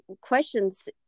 questions